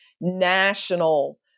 national